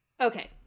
Okay